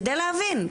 כדי להבין.